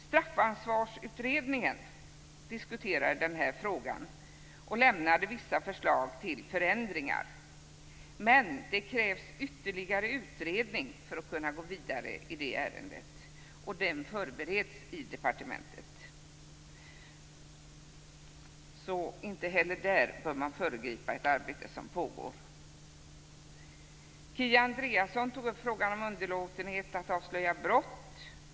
Straffansvarsutredningen diskuterade den här frågan och lade fram vissa förslag till förändringar. Det krävs dock ytterligare utredning för att man skall kunna gå vidare i det ärendet, och en sådan förbereds i departementet. Inte heller där bör man föregripa det arbete som pågår. Kia Andreasson tog upp frågan om underlåtenhet att avslöja brott.